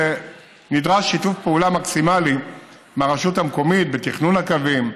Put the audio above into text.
שנדרש בו שיתוף פעולה מקסימלי מהרשות המקומית בתכנון הקווים,